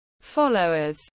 followers